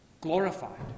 glorified